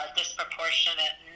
disproportionate